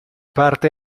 parte